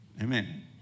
Amen